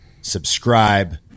subscribe